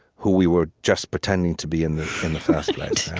who we were just pretending to be in the in the first place